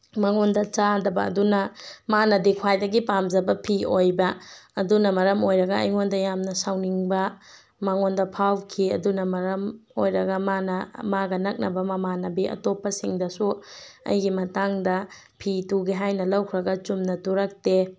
ꯃꯉꯣꯟꯗ ꯆꯥꯗꯕ ꯑꯗꯨꯅ ꯃꯥꯅꯗꯤ ꯈ꯭ꯋꯥꯏꯗꯒꯤ ꯄꯥꯝꯖꯕ ꯐꯤ ꯑꯣꯏꯕ ꯑꯗꯨꯅ ꯃꯔꯝ ꯑꯣꯏꯔꯒ ꯑꯩꯉꯣꯟꯗ ꯌꯥꯝꯅ ꯁꯥꯎꯅꯤꯡꯕ ꯃꯉꯣꯟꯗ ꯐꯥꯎꯈꯤ ꯑꯗꯨꯅ ꯃꯔꯝ ꯑꯣꯏꯔꯒ ꯃꯥꯅ ꯃꯥꯒ ꯅꯛꯅꯕ ꯃꯃꯥꯟꯅꯕꯤ ꯑꯇꯣꯞꯄꯁꯤꯡꯗꯁꯨ ꯑꯩꯒꯤ ꯃꯇꯥꯡꯗ ꯐꯤ ꯇꯨꯒꯦ ꯍꯥꯏꯅ ꯂꯧꯈ꯭ꯔꯒ ꯆꯨꯝꯅ ꯇꯨꯔꯛꯇꯦ